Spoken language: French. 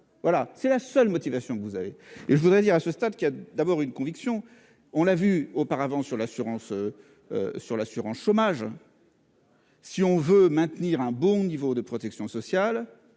voilà c'est la seule motivation que vous avez. Et je voudrais dire à ce stade qui a d'abord une conviction. On l'a vu auparavant sur l'assurance. Sur l'assurance chômage. Si on veut maintenir un bon niveau de protection sociale.